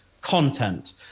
content